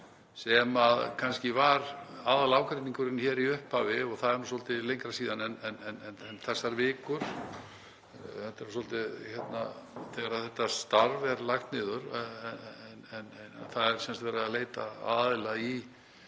og var kannski aðallega ágreiningurinn um í upphafi og það er nú svolítið lengra síðan en þessar vikur, þegar þetta starf var lagt niður. En það er sem sagt verið að leita að aðila í